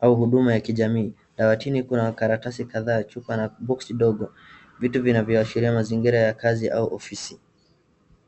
au huduma ya kijamii. Dawatini kuna makaratasi kadhaa, chupa na boksi ndogo, vitu vinavyoashiria mazingira ya kazi au ofisi.